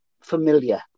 familiar